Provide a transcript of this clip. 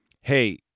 hey